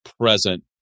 present